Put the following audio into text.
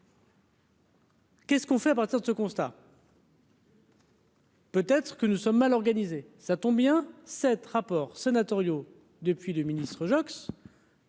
Qu'est-ce qu'on fait à partir de ce constat. Peut-être que nous sommes mal organisée, ça tombe bien : 7 rapports sénatoriaux depuis le ministre-Geox.